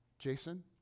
Jason